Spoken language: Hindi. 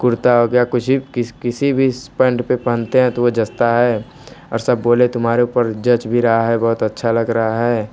कुर्ता हो गया कुछ भी किस किसी भी पैंट पर पहनते हैं तो वो जचता है और सब बोले तुम्हारे ऊपर जच भी रहा है बहुत अच्छा लग रहा है